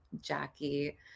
Jackie